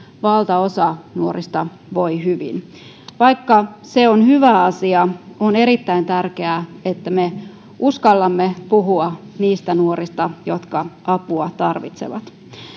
valtaosa nuorista voi hyvin vaikka se on hyvä asia on erittäin tärkeää että me uskallamme puhua niistä nuorista jotka apua tarvitsevat